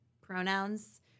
pronouns